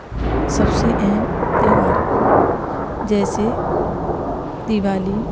سب سے اہم تہوار جیسے دیوالی